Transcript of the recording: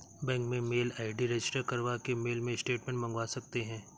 bank में mail ID register करवा के मेल पे स्टेटमेंट मंगवा सकते है